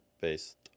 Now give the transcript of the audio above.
based